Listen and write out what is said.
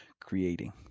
creating